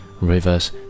rivers